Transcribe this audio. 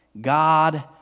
God